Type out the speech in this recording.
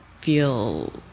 feel